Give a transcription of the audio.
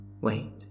Wait